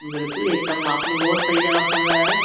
बिल्कुल ए कदम आप ने बहुत सही जगह फ़ोन लगाया है